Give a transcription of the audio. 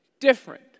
different